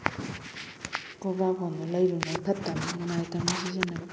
cobra ꯐꯣꯟꯗꯨ ꯂꯩꯔꯨꯅꯨ ꯐꯠꯇꯕꯅꯤ ꯅꯨꯡꯉꯥꯏꯇꯕꯅꯤ ꯁꯤꯖꯤꯟꯅꯕ